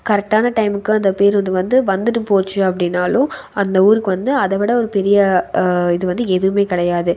கரெக்டான டைமுக்கு அந்த பேருந்து வந்து வந்துட்டு போச்சு அப்படினாலும் அந்த ஊருக்கு வந்து அதை விட ஒரு பெரிய இது வந்து எதுவுமே கிடையாது